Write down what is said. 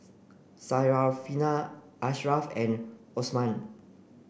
Syarafina Ashraff and Osman